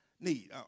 need